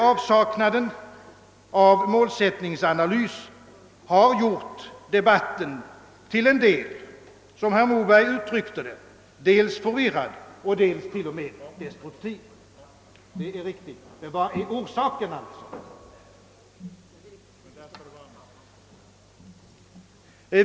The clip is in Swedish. Avsaknaden av målsättningsanalys har, som herr Moberg uttryckte det, gjort debatten dels förvirrad, dels t.o.m. destruktiv. Men vilka är orsakerna?